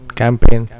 campaign